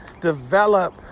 develop